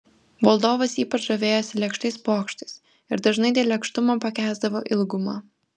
valdovas ypač žavėjosi lėkštais pokštais ir dažnai dėl lėkštumo pakęsdavo ilgumą